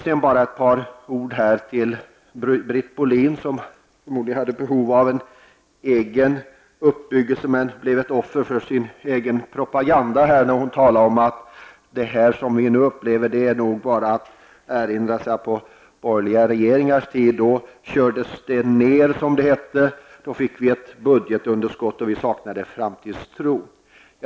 Så bara några få ord till Britt Bohlin, som tydligen hade behov av en egen uppbyggelse men som blev offer för sin egen propaganda. När hon talade om det vi nu upplever, sade hon att det på de borgerliga regeringarnas tid ''kördes ner'', att vi då fick ett budgetunderskott och att vi saknade framtidstro.